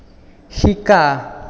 শিকা